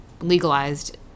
legalized